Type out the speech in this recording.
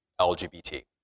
LGBT